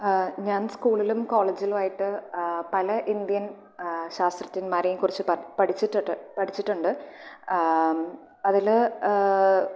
ഞാൻ സ്കൂളിലും കോളേജിലുമായിട്ട് പല ഇന്ത്യൻ ശാസ്ത്രജ്ഞമാരേം കുറിച്ച് പഠി പഠിച്ചിട്ട് പഠിച്ചിട്ടുണ്ട് അതിൽ